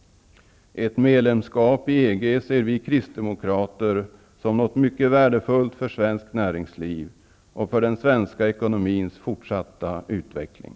Ett medlemsskap i EG ser vi kristdemokrater som något mycket värdefullt för svenskt näringsliv och för den svenska ekonomins fortsatta utveckling.